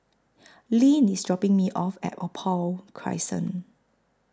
Leeann IS dropping Me off At Opal Crescent